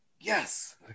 Yes